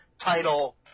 title